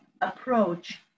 approach